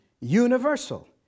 universal